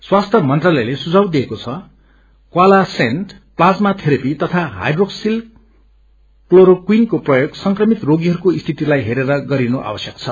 स्वास्थ्य मंत्रालयले सुझाव दिएको छ कन्वालेसेन्ठ प्लाज्मा थेरेपी तथा हाईड्रोक्सील क्लोरोक्वीनको प्रयाग संक्रमित रोबीहरूको सितिलाई हेरेर गरिनु आवश्यक छ